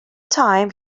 time